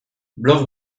blog